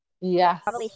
yes